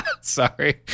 Sorry